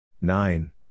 nine